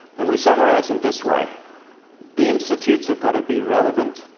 and we summarize them this way the institutes have got to be relevant,